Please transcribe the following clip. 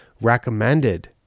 recommended